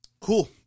Cool